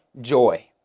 joy